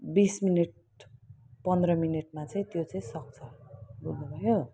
बिस मिनट पन्ध्र मिनटमा चाहिँ त्यो चाहिँ सक्छ